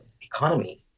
economy